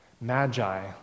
Magi